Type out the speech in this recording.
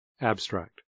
Abstract